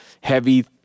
heavy